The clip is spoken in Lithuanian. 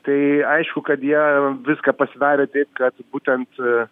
tai aišku kad jie viską pasidarė taip kad būtent